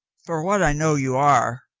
for what i know, you are,